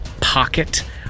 pocket